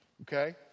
okay